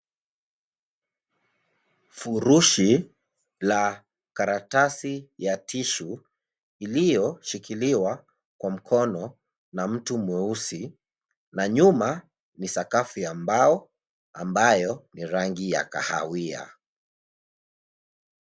Furushi la karatasi ya tishu iliyoshikiliwa kwa mkono na mtu mweusi na nyuma ni sakafu ya mbao ambayo ni rang ya kahawia.